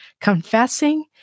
confessing